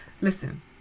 listen